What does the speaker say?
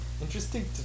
interesting